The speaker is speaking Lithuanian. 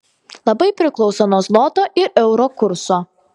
labai priklauso nuo zloto ir euro kurso